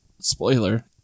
spoiler